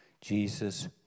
Jesus